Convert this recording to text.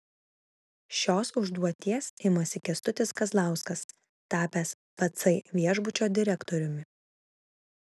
šios užduoties imasi kęstutis kazlauskas tapęs pacai viešbučio direktoriumi